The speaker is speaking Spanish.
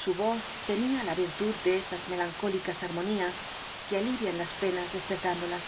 su voz ten ia la virtud de esas melancólicas armonías que al i ian las penas dcspcr'llindolas